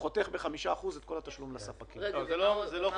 הוא חותך ב-5% את כל התשלום לספקים.